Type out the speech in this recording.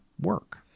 work